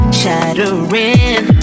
shattering